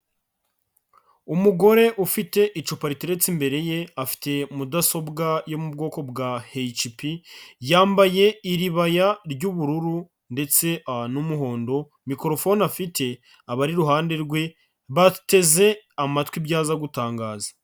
Umugore ufite icupa riteretse imbere ye, afite mudasobwa yo mu bwoko bwa HP, yambaye iribaya ry'ubururu ndetse n'umuhondo, mikorofone afite abari iruhande rwe bateze amatwi ibyo aza gutangaza.